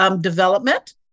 development